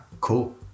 cool